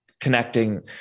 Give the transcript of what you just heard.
connecting